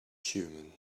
human